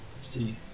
See